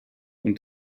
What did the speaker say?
und